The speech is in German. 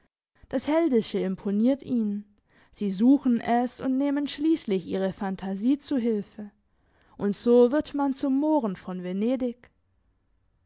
das heldische imponiert ihnen sie suchen es und nehmen schliesslich ihre phantasie zu hilfe und so wird man zum mohren von venedig